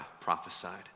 prophesied